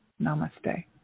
Namaste